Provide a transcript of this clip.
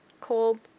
cold